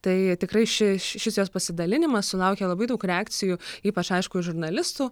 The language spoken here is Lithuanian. tai tikrai ši šis jos pasidalinimas sulaukė labai daug reakcijų ypač aišku žurnalistų